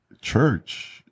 church